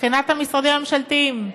מבחינת המשרדים הממשלתיים,